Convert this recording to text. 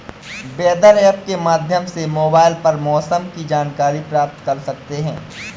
weather app के माध्यम से मोबाइल पर मौसम की जानकारी प्राप्त कर सकते हैं